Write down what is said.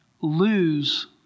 lose